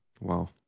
Wow